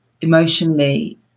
emotionally